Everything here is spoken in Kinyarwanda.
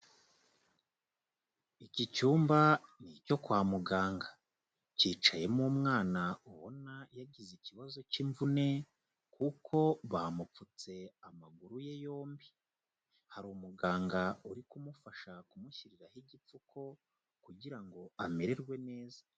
Iki cyumba ni icyo kwa muganga, cyicayemo umwana ubona yagize ikibazo cy'imvune, kuko bamupfutse amaguru ye yombi, hari umuganga uri kumufasha kumushyiriraho igipfuko kugira ngo amererwe neza.